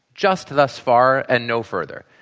just thus far, and no further.